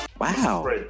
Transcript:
Wow